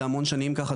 זה המון שנים ככה,